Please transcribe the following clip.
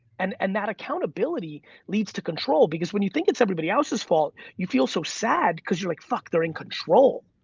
and and that accountability leads to control because when you think it's everybody else's fault, you feel so sad cause you're like, fuck, they're in control.